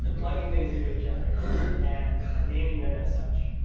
plugging things into each other and naming them as such.